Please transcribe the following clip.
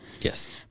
Yes